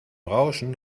rauschen